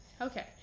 Okay